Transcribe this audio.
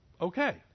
Okay